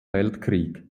weltkrieg